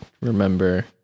remember